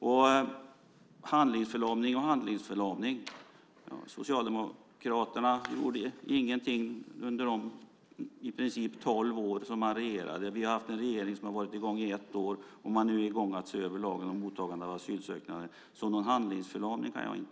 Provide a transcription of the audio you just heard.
Göte Wahlström pratar om handlingsförlamning. Socialdemokraterna gjorde ingenting under de tolv år som man regerade. Den här regeringen har varit i gång i ett år, och man är nu i gång att se över lagen om mottagande av asylsökande. Jag kan inte se någon handlingsförlamning.